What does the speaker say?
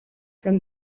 from